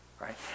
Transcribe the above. right